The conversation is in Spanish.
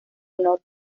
honor